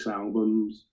albums